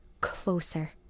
closer